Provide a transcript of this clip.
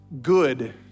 good